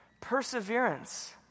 Perseverance